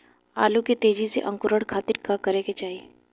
आलू के तेजी से अंकूरण खातीर का करे के चाही?